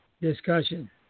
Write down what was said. discussion